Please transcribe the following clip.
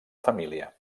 família